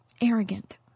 arrogant